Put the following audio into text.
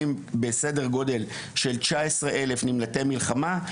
בסדר גודל של 19,000 נמלטי מלחמה.